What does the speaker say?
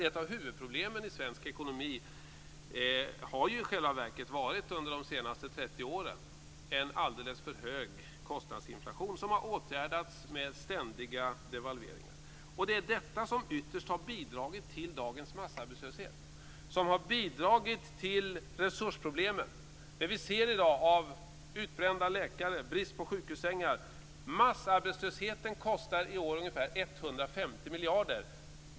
Ett av huvudproblemen i svensk ekonomi har i själva verket under de senaste 30 åren varit en alldeles för hög kostnadsinflation som har åtgärdats med ständiga devalveringar. Det är detta som ytterst har bidragit till dagens massarbetslöshet och till de resursproblem vi ser i dag i form av utbrända läkare och brist på sjukhussängar. Massarbetslösheten kostar i år ungefär 150 miljarder.